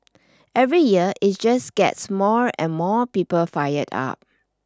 every year it just gets more and more people fired up